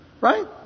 Right